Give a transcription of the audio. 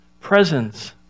presence